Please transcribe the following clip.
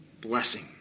blessing